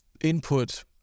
input